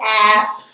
app